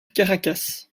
caracas